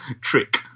trick